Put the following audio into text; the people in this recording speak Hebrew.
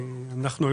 בואו נתחיל מן הסוף.